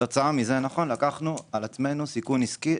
כתוצאה מזה לקחנו על עצמנו סיכון עסקי,